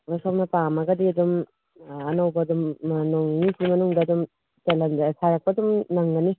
ꯍꯣꯏ ꯁꯣꯝꯅ ꯄꯥꯝꯃꯒꯗꯤ ꯑꯗꯨꯝ ꯑꯅꯧꯕ ꯑꯗꯨꯝ ꯅꯣꯡ ꯅꯤꯅꯤꯁꯤ ꯃꯅꯨꯡꯗ ꯑꯗꯨꯝ ꯆꯜꯍꯟꯖꯔꯛꯀꯦ ꯁꯥꯍꯟꯖꯔꯛꯄ ꯑꯗꯨꯝ ꯅꯪꯒꯅꯤ